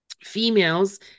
females